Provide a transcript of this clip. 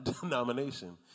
denomination